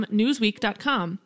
newsweek.com